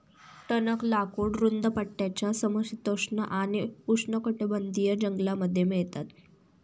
टणक लाकूड रुंद पट्ट्याच्या समशीतोष्ण आणि उष्णकटिबंधीय जंगलांमध्ये मिळतात